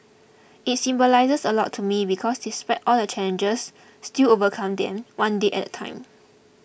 it symbolises a lot to me because despite all the challenges still overcame them one day at a time